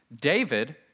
David